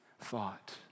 thought